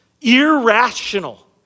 Irrational